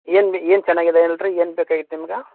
ಏನು ಏನು ಚೆನ್ನಾಗಿದೆ ಹೇಳಿರಿ ಏನು ಬೇಕಾಗಿತ್ತು ನಿಮ್ಗೆ